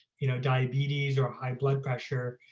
you know, diabetes or high blood pressure,